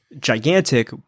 gigantic